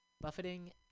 Buffeting